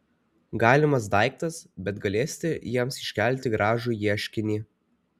galimas daiktas bet galėsite jiems iškelti gražų ieškinį